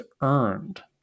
earned